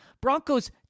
Broncos